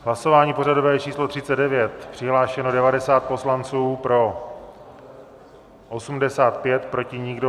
Hlasování pořadové číslo 39, přihlášeno 90 poslanců, pro 85, proti nikdo.